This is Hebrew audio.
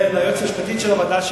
וליועצת המשפטית של הוועדה,